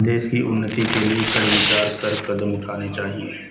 देश की उन्नति के लिए कर विचार कर कदम उठाने चाहिए